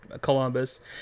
Columbus